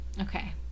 Okay